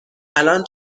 الان